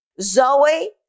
Zoe